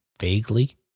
vaguely